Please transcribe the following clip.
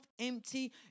empty